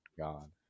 God